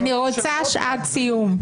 אני רוצה שעת סיום.